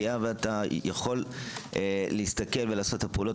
ואתה יכול להסתכל ולעשות את הפעולות